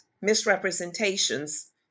misrepresentations